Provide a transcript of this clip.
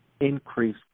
increase